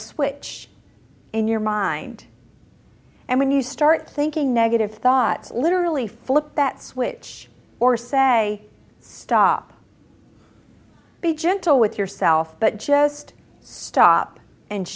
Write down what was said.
switch in your mind and when you start thinking negative thoughts literally flip that switch or say stop be gentle with yourself but just stop and